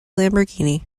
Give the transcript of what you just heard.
lamborghini